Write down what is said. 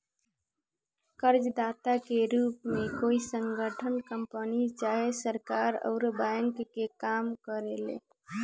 कर्जदाता के रूप में कोई संगठन, कंपनी चाहे सरकार अउर बैंक के काम करेले